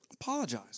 Apologize